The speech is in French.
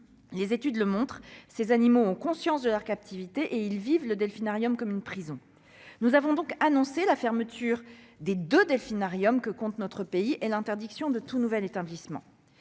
Les études le montrent : ces animaux ont conscience de leur captivité, et ils vivent le delphinarium comme une prison. Nous avons donc annoncé la fermeture des deux delphinariums que compte notre pays, ainsi que l'interdiction de tout nouvel établissement.